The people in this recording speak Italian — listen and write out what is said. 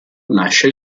lascia